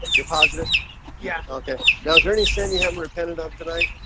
you're positive yeah. okay now, is there anything you haven't repented of tonight?